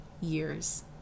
years